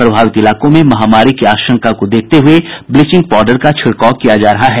प्रभावित इलाकों में महामारी की आशंका को देखते हुए ब्लीचिंग पाउडर का छिड़काव किया जा रहा है